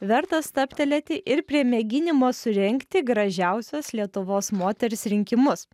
verta stabtelėti ir prie mėginimo surengti gražiausios lietuvos moters rinkimus